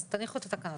אז תניחו את התקנות.